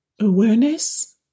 awareness